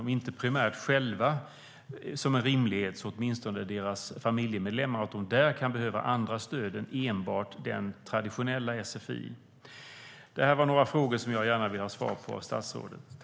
Om det inte primärt handlar om dem själva, som en rimlighet, handlar det åtminstone om deras familjemedlemmar. Där kan de behöva andra stöd än enbart traditionell sfi. Det var några frågor som jag gärna vill ha svar på av statsrådet.